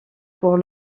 pour